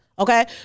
Okay